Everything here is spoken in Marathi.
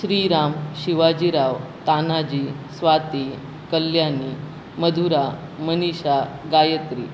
श्रीराम शिवाजीराव तानाजी स्वाती कल्यानी मधुरा मनीषा गायत्री